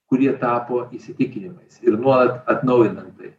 kurie tapo įsitikinimais ir nuolat atnaujinant tai